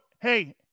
Hey